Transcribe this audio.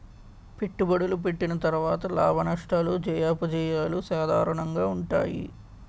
పెట్టుబడులు పెట్టిన తర్వాత లాభనష్టాలు జయాపజయాలు సాధారణంగా ఉంటాయి